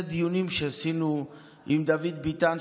אלה הדיונים שעשינו עם דוד ביטן,